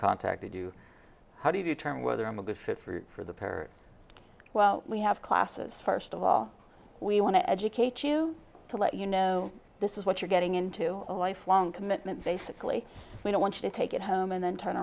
contacted you how do you determine whether i'm a good fit for the pair well we have classes first of all we want to educate you to let you know this is what you're getting into a lifelong commitment basically we don't want you to take it home and then turn